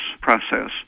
process